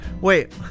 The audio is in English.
Wait